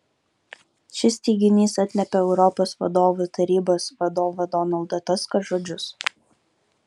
šis teiginys atliepia europos vadovų tarybos vadovo donaldo tusko žodžius